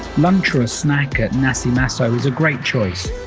lunch or a snack at nase maso is a great choice,